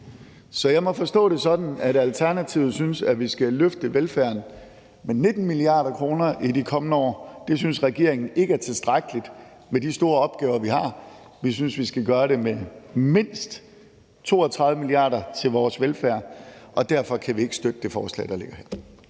Så jeg må forstå det sådan, at Alternativet synes, at vi skal løfte velfærden med 19 mia. kr. i de kommende år. Det synes regeringen ikke er tilstrækkeligt med de store opgaver, vi har. Vi synes, at vi skal gøre det med mindst 32 mia. kr. til vores velfærd, og derfor kan vi ikke støtte det forslag, der ligger her.